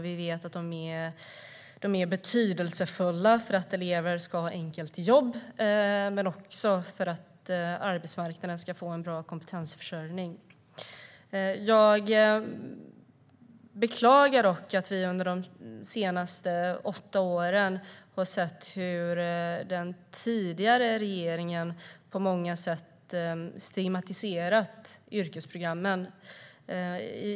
Vi vet att de är betydelsefulla för att elever enkelt ska få jobb men också för att arbetsmarknaden ska få en bra kompetensförsörjning. Jag beklagar dock att vi under de senaste åtta åren har sett hur den tidigare regeringen på många sätt har stigmatiserat yrkesprogrammen.